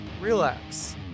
relax